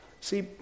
See